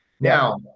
Now